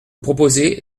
proposez